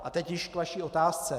A teď již k vaší otázce.